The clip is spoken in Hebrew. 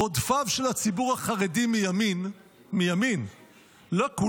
"רודפיו של הציבור החרדי מימין (לא כולם,